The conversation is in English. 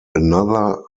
another